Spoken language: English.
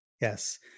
Yes